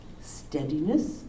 steadiness